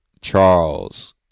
Charles